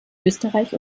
österreich